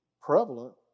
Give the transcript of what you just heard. prevalent